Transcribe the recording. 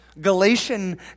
Galatian